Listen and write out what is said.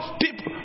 people